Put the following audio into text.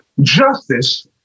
Justice